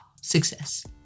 success